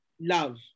love